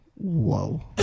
Whoa